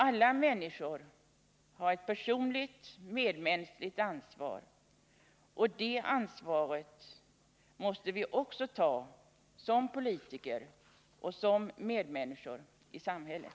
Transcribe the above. Alla människor har ett personligt medmänskligt ansvar. Och det ansvaret måste vi ta som politiker och som Nr 54 medmänniskor i samhället.